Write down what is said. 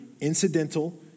incidental